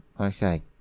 Okay